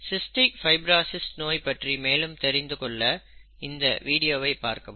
cystic fibrosis நோய் பற்றி மேலும் தெரிந்து கொள்ள இந்த வீடியோவை பார்க்கவும்